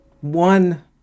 one